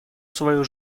свою